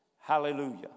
Hallelujah